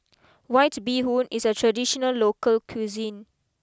White Bee Hoon is a traditional local cuisine